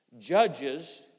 judges